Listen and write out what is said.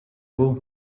wool